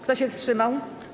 Kto się wstrzymał?